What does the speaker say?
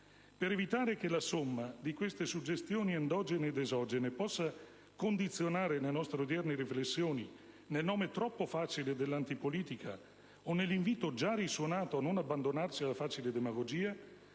Per evitare che la somma di queste suggestioni endogene ed esogene possa condizionare le nostre odierne riflessioni nel nome troppo facile dell'antipolitica, o nell'invito già risuonato a non abbandonarsi alla facile demagogia,